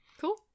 Cool